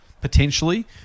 potentially